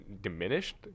diminished